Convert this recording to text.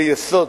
זה יסוד.